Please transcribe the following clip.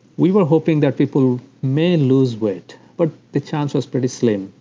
we were hoping that people may lose weight, but the chance was pretty slim.